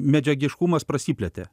medžiagiškumas prasiplėtė